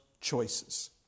choices